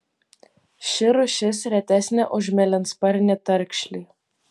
ši rūšis retesnė už mėlynsparnį tarkšlį